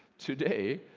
today,